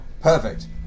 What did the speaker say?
Perfect